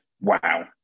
wow